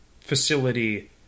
facility